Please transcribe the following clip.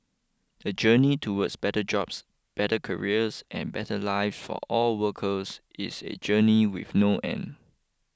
the journey towards better jobs better careers and better live for all workers is a journey with no end